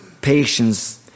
patience